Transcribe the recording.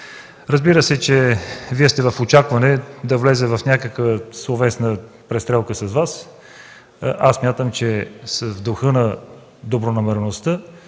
Разбира се, че Вие сте в очакване да вляза в някаква словесна престрелка с Вас. Смятам, че в духа на добронамереността